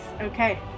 Okay